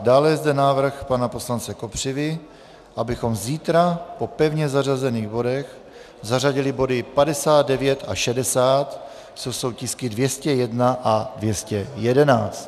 Dále je zde návrh pana poslance Kopřivy, abychom zítra po pevně zařazených bodech zařadili body 59 a 60, což jsou tisky 201 a 211.